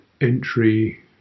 entry